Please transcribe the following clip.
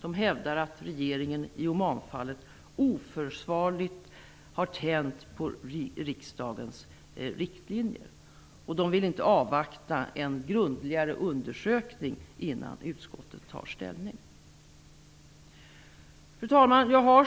De hävdar att regeringen i Omanfallet oförsvarligt har tänjt på riksdagens riktlinjer. De vill inte avvakta en grundligare undersökning innan utskottet tar ställning. Fru talman!